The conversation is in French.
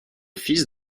fils